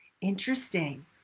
Interesting